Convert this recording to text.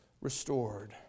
restored